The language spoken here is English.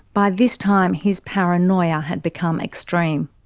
by this time, his paranoia had become extreme.